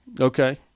Okay